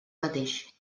mateix